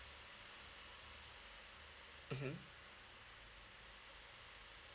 mmhmm